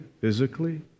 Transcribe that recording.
physically